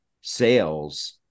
sales